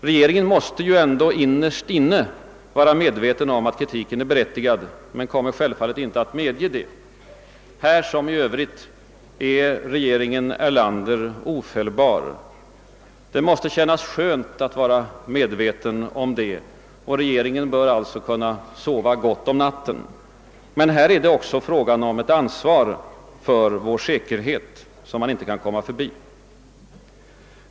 Regeringen måst innerst inne vara medveten om att kritiken är berättigad men kommer självfallet inte att medge det. Här som i Övrigt är regeringen Erlander ofelbar; det måste kännas skönt att vara medveten om det. Regeringen bör alltså kunna sova gott om natten. Men här är det fråga om ett ansvar för vår säkerhet som vi inte kan komma förbi.